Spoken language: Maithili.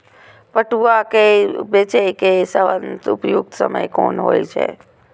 पटुआ केय बेचय केय सबसं उपयुक्त समय कोन होय छल?